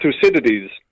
Thucydides